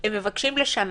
הם מבקשים לשנה.